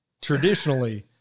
traditionally